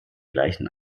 gleichen